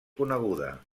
coneguda